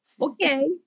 Okay